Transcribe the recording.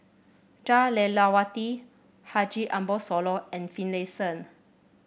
Jah Lelawati Haji Ambo Sooloh and Finlayson